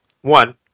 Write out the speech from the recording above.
One